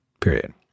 period